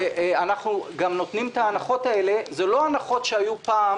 אנחנו גם נותנים את ההנחות האלה אלה לא הנחות שהיו פעם